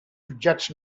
jutjats